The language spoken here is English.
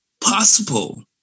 possible